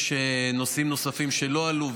יש נושאים נוספים שלא עלו,